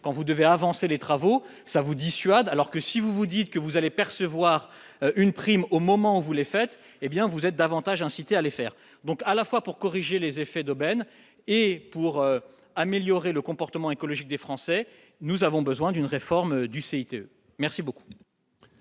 quand vous devez avancer les travaux ça vous dissuade alors que si vous vous dites que vous allez percevoir une prime au moment où vous les faites, hé bien vous êtes davantage incitées à les faire, donc à la fois pour corriger les effets d'aubaine et pour améliorer le comportement écologique des Français, nous avons besoin d'une réforme du CIC merci beaucoup.